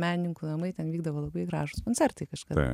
menininkų namai ten vykdavo labai gražūs koncertai kažkada